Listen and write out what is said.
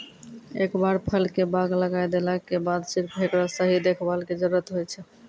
एक बार फल के बाग लगाय देला के बाद सिर्फ हेकरो सही देखभाल के जरूरत होय छै